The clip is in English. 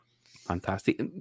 Fantastic